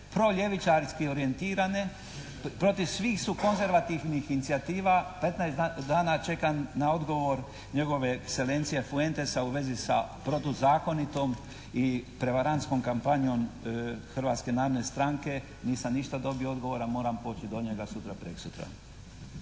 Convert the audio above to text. proljevičarski orijentirane. Protiv svih su konzervativnih inicijativa. 15 dana čekam na odgovor njegove ekselencije Fuentesa u vezi sa protuzakonitom i prevarantskom kampanjom Hrvatske narodne stranke. Nisam ništa dobio odgovor, a moram poći do njega sutra, preksutra.